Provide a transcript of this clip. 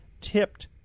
tipped